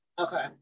Okay